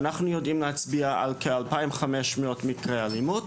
ב-2021 אנחנו יודעים להצביע על כ-2,500 מקרי אלימות,